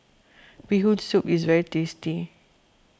Bee Hoon Soup is very tasty